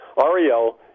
Ariel